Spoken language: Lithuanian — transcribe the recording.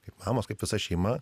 kaip mamos kaip visa šeima